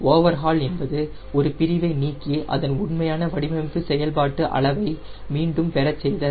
overhaul என்பது ஒரு பிரிவை நீக்கி அதன் உண்மையான வடிவமைப்பு செயல்பாட்டு அளவை மீண்டும் பெறச் செய்தல்